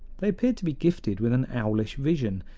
they appeared to be gifted with an owlish vision,